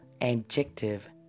adjective